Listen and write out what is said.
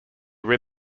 rid